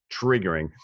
triggering